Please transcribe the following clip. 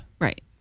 Right